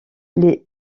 les